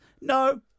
no